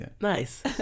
Nice